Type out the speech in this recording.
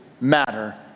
matter